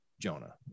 Jonah